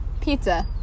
pizza